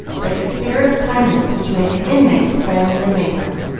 like the spirit of kindness which made the inmates friends and neighbors.